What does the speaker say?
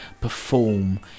perform